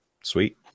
Sweet